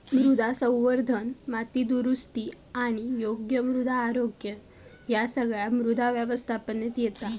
मृदा संवर्धन, माती दुरुस्ती आणि योग्य मृदा आरोग्य ह्या सगळा मृदा व्यवस्थापनेत येता